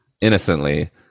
innocently